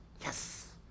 yes